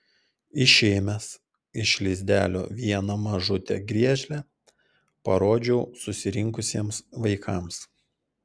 išėmęs iš lizdelio vieną mažutę griežlę parodžiau susirinkusiems vaikams